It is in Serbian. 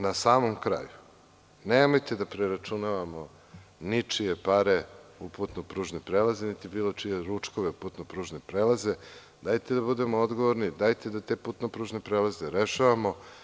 Na samom kraju, nemojte da preračunavamo ničije pare u putno-pružni prelaz niti bilo čije ručkove putno-pružnog prelaza, dajte da budemo odgovorni, dajte da te putno-pružne prelaze rešavamo.